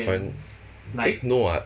团 eh no [what]